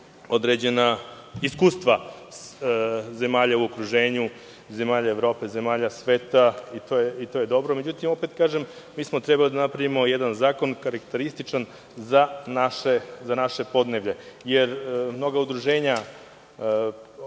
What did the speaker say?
određena iskustva zemalja u okruženju, zemalja Evrope, zemalja sveta i to je dobro. Međutim, opet kažem, trebali smo da napravimo jedan zakon karakterističan za naše podneblje. Mnoga udruženja